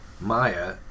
Maya